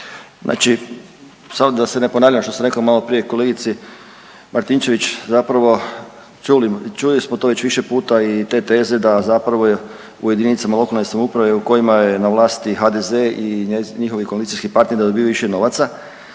Znači samo da se ne ponavljam što sam rekao maloprije kolegici Martinčević zapravo čuli smo to već više puta i te teze da zapravo je u jedinicama lokalne samouprave u kojima je na vlasti HDZ i njihovi koalicijski partneri da dobivaju više novaca,